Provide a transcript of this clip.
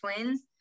twins